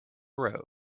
road